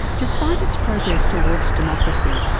despite its progress towards democracy,